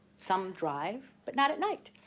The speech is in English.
some drive but not at night.